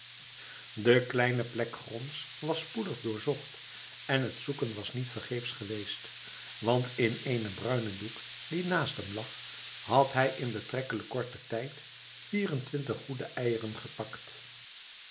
de kleine plek gronds was spoedig doorzocht en het zoeken was niet vergeefsch geweest want in eenen bruinen doek die naast hem lag had hij in betrekkelijk korten tijd vierentwintig goede eieren gepakt